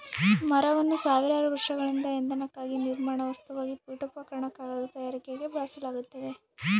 ಮರವನ್ನು ಸಾವಿರಾರು ವರ್ಷಗಳಿಂದ ಇಂಧನಕ್ಕಾಗಿ ನಿರ್ಮಾಣ ವಸ್ತುವಾಗಿ ಪೀಠೋಪಕರಣ ಕಾಗದ ತಯಾರಿಕೆಗೆ ಬಳಸಲಾಗ್ತತೆ